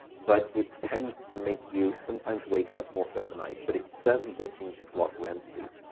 but it tends to make you sometimes wake up more throughout the night, but it certainly does seem to block rem sleep.